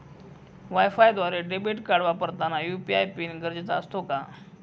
वायफायद्वारे debit card वापरताना UPI PIN गरजेचा असतो का?